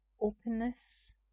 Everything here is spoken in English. Openness